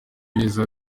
beza